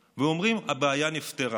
ואומרים: הבעיה נפתרה,